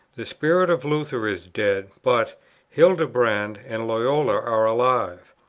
the spirit of luther is dead but hildebrand and loyola are alive.